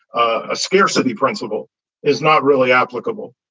a scarcity principle is not really applicable.